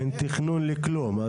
אין תכנון לכלום.